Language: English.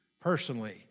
personally